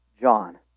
John